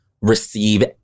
receive